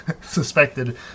suspected